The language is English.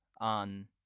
on